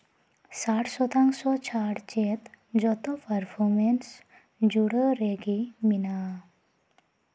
ᱥᱟᱴ ᱥᱚᱛᱟᱝᱥᱚ ᱪᱷᱟᱲ ᱪᱮᱫ ᱡᱚᱛᱚ ᱯᱟᱨᱯᱷᱚᱨᱢᱮᱱᱥ ᱡᱩᱲᱟᱹᱣ ᱨᱮᱜᱮ ᱢᱮᱱᱟᱜᱼᱟ